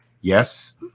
Yes